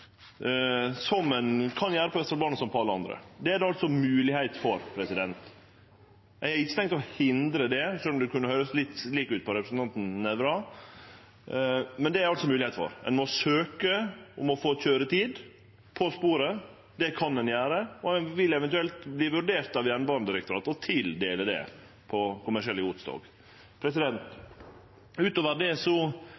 ein kan gjere på Østfoldbanen, som på alle andre banar. Det er det moglegheit for. Eg har ikkje tenkt å hindre det, sjølv om det kunne høyrast litt slik ut på representanten Nævra. Det er det altså moglegheit for. Ein må søkje om å få køyretid på sporet. Det kan ein gjere, og ein vil eventuelt verte vurdert av Jernbanedirektoratet med tanke på å få tildelt det på kommersielle godstog.